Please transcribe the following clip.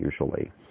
usually